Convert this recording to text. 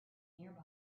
nearby